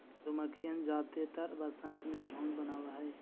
मधुमक्खियन जादेतर वसंत में झुंड बनाब हई